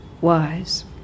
wise